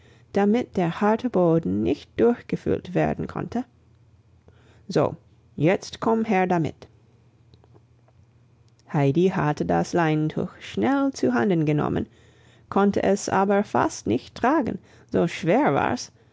damit der harte boden nicht durchgefühlt werden konnte so jetzt komm her damit heidi hatte das leintuch schnell zuhanden genommen konnte es aber fast nicht tragen so schwer war's